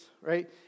right